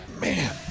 Man